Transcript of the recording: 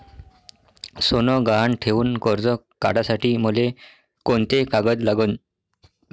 सोनं गहान ठेऊन कर्ज काढासाठी मले कोंते कागद लागन?